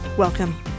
Welcome